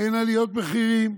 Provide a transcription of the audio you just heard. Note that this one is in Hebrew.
אין עליות מחירים.